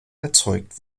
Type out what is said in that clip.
erzeugt